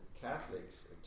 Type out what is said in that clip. Catholics